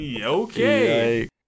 Okay